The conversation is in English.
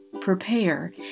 prepare